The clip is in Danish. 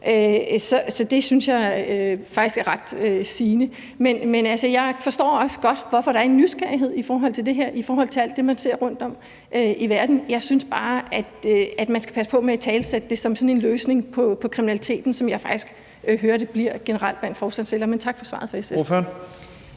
Så det synes jeg faktisk er ret sigende. Men jeg forstår også godt, hvorfor der er en nysgerrighed i forhold til alt det, man ser rundt om i verden. Jeg synes bare, at man skal passe på med at italesætte det som sådan en løsning på kriminaliteten, som jeg faktisk hører det generelt bliver blandt forslagsstillerne. Men tak for svaret fra SF.